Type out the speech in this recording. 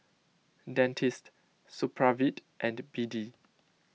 Dentiste Supravit and B D